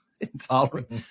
intolerant